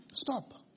stop